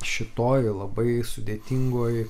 šitoj labai sudėtingoj